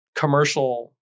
commercial